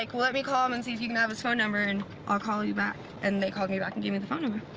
like let me call him and see if you can have his phone number and i'll call you back. and they called me back and gave me the phone number.